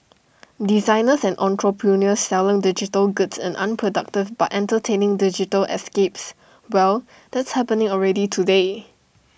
designers and entrepreneurs selling digital goods in unproductive but entertaining digital escapes well that's happening already today